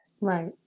right